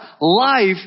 life